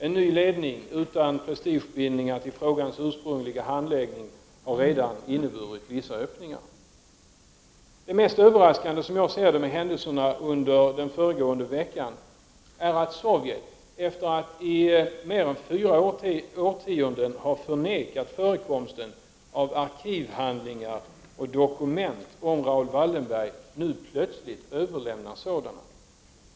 En ny ledning, utan prestigebindningar till frågans ursprungliga handläggning, har redan inneburit vissa öppningar. Det mest överraskande med händelserna under den föregående veckan är att Sovjet, efter att i mer än fyra årtionden ha förnekat förekomsten av arkivhandlingar och dokument om Raoul Wallenberg, nu plötsligt överlämnar sådana.